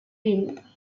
rim